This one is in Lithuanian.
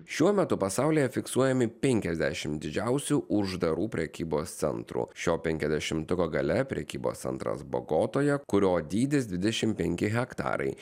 šiuo metu pasaulyje fiksuojami penkiasdešim didžiausių uždarų prekybos centrų šio penkiasdešimtuko gale prekybos centras bogotoje kurio dydis dvidešim penki hektarai